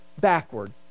backward